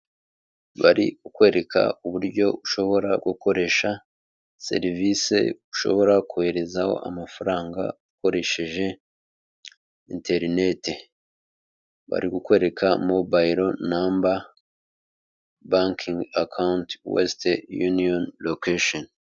Bari kukwereka uburyo ushobora gukoresha serivisi ushobora koherezaho amafaranga ukoresheje interinete, bari kukorereka mobayiro namba bankingi akawunti wesite yuniyoni lokesheni.